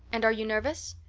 and are you nervous?